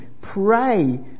pray